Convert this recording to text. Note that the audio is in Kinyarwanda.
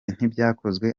ntibyakozwe